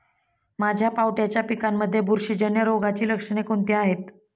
माझ्या पावट्याच्या पिकांमध्ये बुरशीजन्य रोगाची लक्षणे कोणती आहेत?